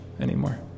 anymore